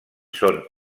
són